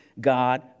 God